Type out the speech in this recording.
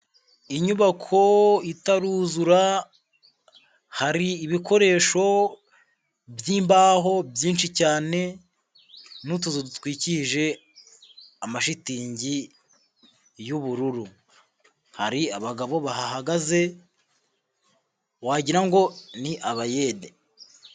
Inyubako itaruzura hari ibikoresho by'imbaho byinshi cyane n'utuzu dutwikirije amashitingi y'ubururu, hari abagabo bahahagaze wagira ngo ni abayede.